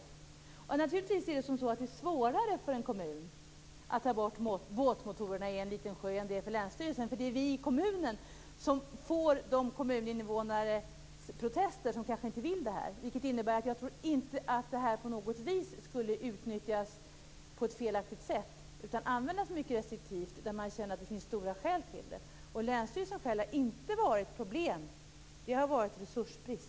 Det är naturligtvis svårare för en kommun att få bort båtmotorerna i en liten sjö än vad det är för länsstyrelsen. Det är vi i kommunen som får ta emot de kommuninnevånares protester som kanske inte vill ha bort båtmotorerna. Jag tror inte att detta på något vis skulle utnyttjas på ett felaktigt sätt, utan det skulle få användas mycket restriktivt när det finns starka skäl för det. Länsstyrelsens skäl har inte varit problem, det har varit resursbrist.